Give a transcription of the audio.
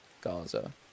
Gaza